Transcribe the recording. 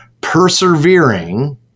persevering